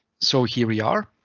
so here we are,